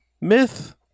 myth